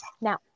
Now